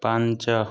ପାଞ୍ଚ